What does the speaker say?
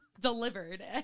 delivered